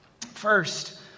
First